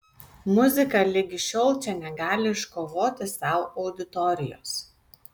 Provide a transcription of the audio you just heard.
muzika ligi šiol čia negali iškovoti sau auditorijos